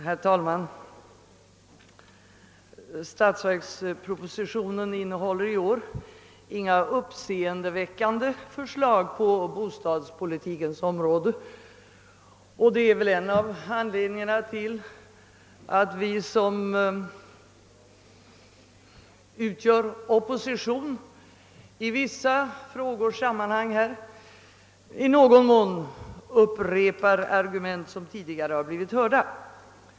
Herr talman! Statsverkspropositionen innehåller i år inga uppseendeväckande förslag på bostadspolitikens område, och det är väl en av anledningarna till att vi inom oppositionen i vissa frågor i dag i någon mån upprepar argument som tidigare har blivit hörda.